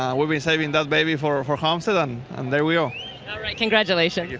we've been saving that baby for for homestead and um there we congratulations.